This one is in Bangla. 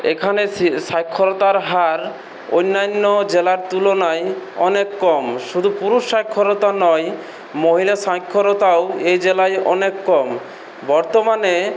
এখানে সাক্ষরতার হার অন্যান্য জেলার তুলনায় অনেক কম শুধু পুরুষ সাক্ষরতা নয় মহিলা সাক্ষরতাও এই জেলায় অনেক কম বর্তমানে